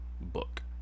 book